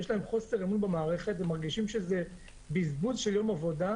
כי יש להם חוסר אמון במערכת והם מרגישים שזה בזבוז של יום עבודה.